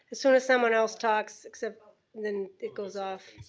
sort of someone else talks, then it goes off.